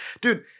Dude